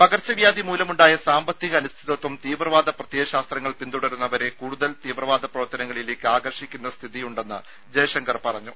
പകർച്ചവ്യാധി മൂലമുണ്ടായ സാമ്പത്തിക അനിശ്ചിതത്വം തീവ്രവാദ പ്രത്യയശാസ്ത്രങ്ങൾ പിന്തുടരുന്നവരെ കൂടുതൽ തീവ്രവാദ പ്രവർത്തനങ്ങളിലേക്ക് ആകർഷിക്കുന്ന സ്ഥിതിയുണ്ടെന്ന് ജയശങ്കർ പറഞ്ഞു